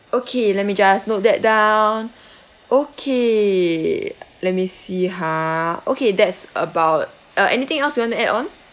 okay let me just note that down okay let me see ha okay that's about uh anything else you want to add on